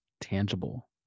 tangible